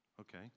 Okay